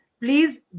please